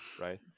right